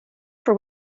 for